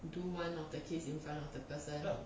do one of the case in front of the person